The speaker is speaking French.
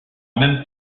même